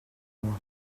moi